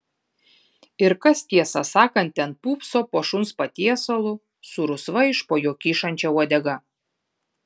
ir kas tiesą sakant ten pūpso po šuns patiesalu su rusva iš po jo kyšančia uodega